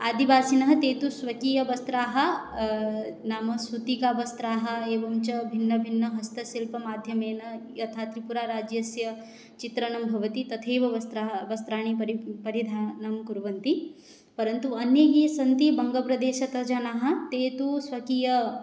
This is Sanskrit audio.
आदिवासिनः ते तु स्वकीयवस्त्राणि नाम सूतिकावस्त्राणि एवं च भिन्नभिन्नहस्तशिल्पमाध्यमेन यथा त्रिपुराराज्यस्य चित्रणं भवति तथैव वस्त्राः वस्त्राणि परि परिधानं कुर्वन्ति परन्तु अन्यैः सन्ति बङ्गप्रदेशतः जनाः ते तु स्वकीय